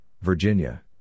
Virginia